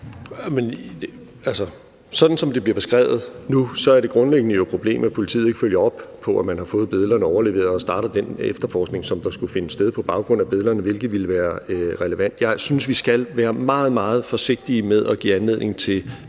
sådan som det bliver beskrevet nu, er det grundlæggende problem jo, at politiet ikke følger op på, at man har fået billederne overleveret, og ikke har startet den efterforskning, som skulle finde sted på baggrund af billederne, hvilket ville være relevant. Jeg synes, vi skal være meget, meget forsigtige med at give adgang til privat